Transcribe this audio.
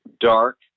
dark